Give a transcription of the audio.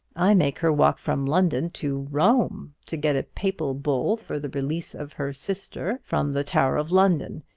i make her walk from london to rome, to get a papal bull for the release of her sister from the tower of london.